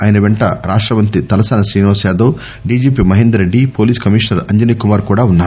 ఆయన పెంట రాష్షమంత్రి Talasani Srinivas Yadav DGP Mahender Reddy police commissioner Anjani Kumar కూడా వున్నారు